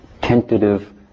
tentative